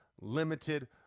limited